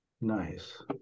nice